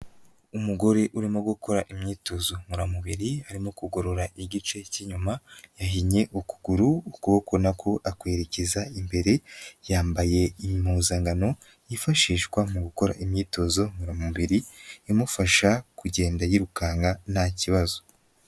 Umugore urimo gukora imyitozo ngororamubiri arimo kugorora igice cy'inyuma yahinye ukuguru ukuboko nako akwerekeza imbere, yambaye impuzankano yifashishwa mu gukora imyitozo ngororamubiri imufasha kugenda yirukanka nta kibazo.